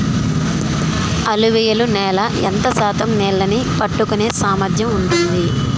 అలువియలు నేల ఎంత శాతం నీళ్ళని పట్టుకొనే సామర్థ్యం ఉంటుంది?